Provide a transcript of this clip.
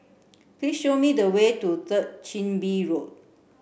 please show me the way to Third Chin Bee Road